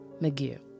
McGee